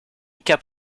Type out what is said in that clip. cap